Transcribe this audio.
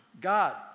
God